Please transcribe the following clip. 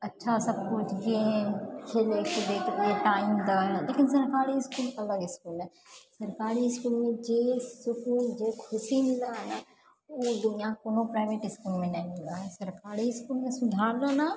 अच्छा सबकिछु खेलए कूदएके टाइम द है लेकिन सरकारी इसकुल अलग इसकुल है सरकारी इसकुलमे जे सुकून जे खुशी मिलै है ने ओ दुनियाके कोनो प्राइवेट इसकुलमे नहि मिलै है सरकारी इसकुलमे सुधारना ने